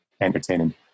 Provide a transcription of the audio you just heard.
entertaining